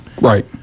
Right